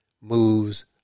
moves